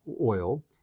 oil